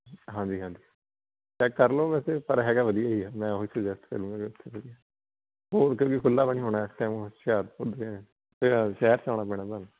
ਹਾਂਜੀ ਹਾਂਜੀ ਚੈੱਕ ਕਰ ਲਉ ਵੈਸੇ ਪਰ ਹੈਗਾ ਵਧੀਆ ਹੀ ਆ ਮੈਂ ਉਹੀ ਸੁਜੈਸਟ ਕਰੂੰਗਾ ਵੀ ਉੱਥੇ ਵਧੀਆ ਉਹ ਅੰਕਲ ਵੀ ਖੁੱਲ੍ਹਾ ਵਾ ਨਹੀਂ ਹੋਣਾ ਇਸ ਟਾਈਮ ਹੁਸ਼ਿਆਰਪੁਰ ਦੇ ਅਤੇ ਸ਼ਹਿਰ 'ਚ ਆਉਣਾ ਪੈਣਾ ਤੁਹਾਨੂੰ